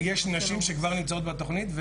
יש נשים שכבר נמצאות בתוכנית.